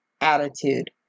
attitude